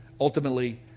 Ultimately